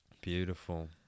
Beautiful